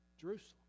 Jerusalem